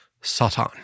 Satan